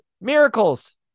miracles